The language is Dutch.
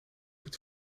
iets